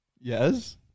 yes